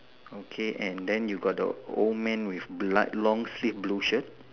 okay and then you got the old man with blood long sleeve blue shirt